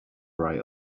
right